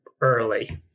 early